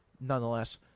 Nonetheless